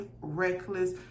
reckless